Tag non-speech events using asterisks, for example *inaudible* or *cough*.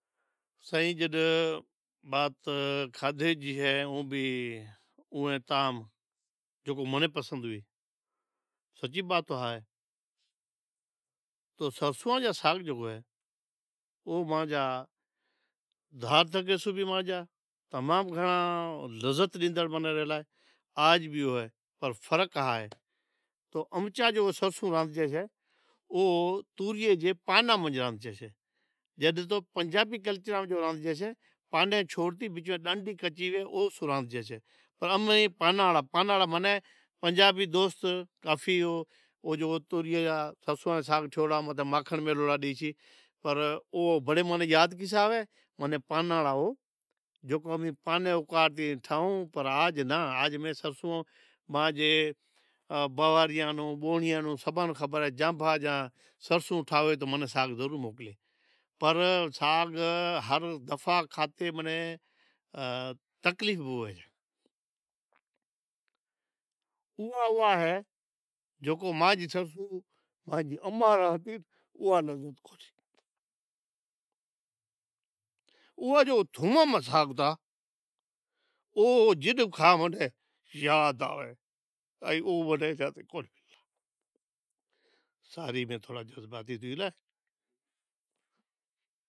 سائیں جت بات کھادی جی اہے تو اوئے طعام جکو منیں پسند ہویو، سچی بات تو ہاہے تو سرسوئاں جو ساگ جکو اہے او مانجا تمام بچپنہ سن لذت گھنڑا آج بھی ہوہے پر فرق ہاہے کہ امچا جو سرسوں ساگ راندھجے سے او توریے جے پاناں منجھ راندھجسے جڈ تو پنجابی کلچر میں جکو راندھجسے او پاناں چھوڑ کے ڈانڈی جکو کچی ہوہے اوئے میں راندھجسے۔ امیں پاناڑا ، پاناڑا منیں پنجابی دوست کافی توریے را سرسوں ساگ ٹھیوڑا متھے مکھنڑ میڑہوڑا ڈیسیں پر وڑے منیں یاد آوے پانڑا او جکو امیں پانیں کاڈھے ٹھائوں پر آج ناں، آج میں سرسوں آج مانجی بہوہاریوں نیں بہونیاں نوں سبھاں نوں خبر اے کہ جانبھا جاں سرسوں ٹھاوے تو ساگ ضرور موکلییں پر ساگ منیں ہر دفعا کھاتے منیں تکلیف کون تھے *hesitation* اوئا اوئا اے جکو مانجی اماں ہتی اوئا جو دھوئاں ماں ساگ ارادھتی او جڈی کھاواں یاد آوے، سوری مین تھوڑا جذباتی ھتی گلا ۔